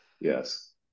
Yes